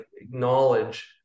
acknowledge